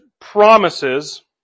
promises